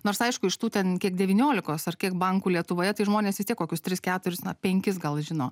nors aišku iš tų ten kiek devyniolikos ar kiek bankų lietuvoje tai žmonės vis tiek kokius tris keturis na penkis gal žino